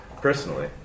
personally